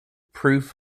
proof